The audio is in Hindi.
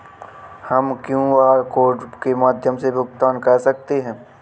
हम क्यू.आर कोड के माध्यम से भुगतान कैसे कर सकते हैं?